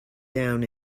down